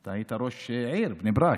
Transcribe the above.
אתה היית ראש עיר בני ברק,